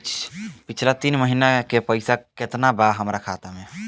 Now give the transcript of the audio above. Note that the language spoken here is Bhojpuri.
पिछला तीन महीना के जमा पैसा केतना बा हमरा खाता मे?